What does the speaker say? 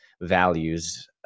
values